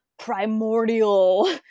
primordial